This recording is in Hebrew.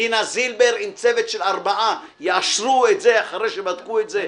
דינה זילבר עם צוות של ארבעה יאשרו את זה אחרי שבדקו את זה.